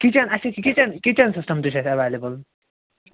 kitchen اَسہِ حظ چھُ کِچن کِچن سِسٹم تہِ چھُ اَسہِ ایٚویلِبُل